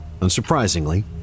unsurprisingly